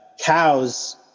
cows